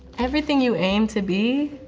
everything you aim to be?